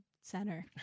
center